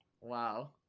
Wow